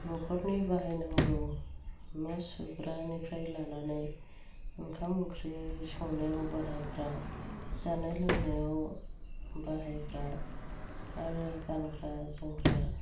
न'खरनि बाहाय नांगौ न' सुग्रानिफ्राय लानानै ओंखाम ओंख्रि संनायाव बाहायग्रा जानाय लोंनायाव बाहायग्रा आरो गानग्रा जोमग्रा